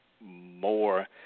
more